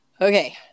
Okay